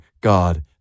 God